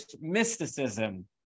mysticism